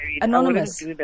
anonymous